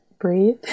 breathe